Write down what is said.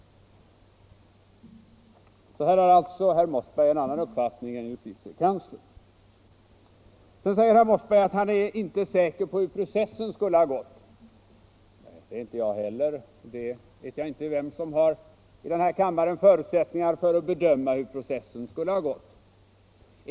Här har alltså herr Mossberg en annan uppfattning än justitiekanslern. Vidare sade herr Mossberg att han inte är säker på hur processen skulle ha gått. Det är inte jag heller. Jag vet inte vem här i kammaren som har förutsättningar att bedöma hur processen skulle ha gått.